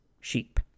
sheep